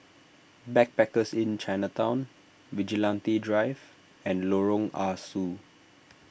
Backpackers Inn Chinatown Vigilante Drive and Lorong Ah Soo